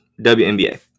WNBA